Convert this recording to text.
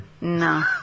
No